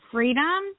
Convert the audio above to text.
Freedom